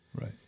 Right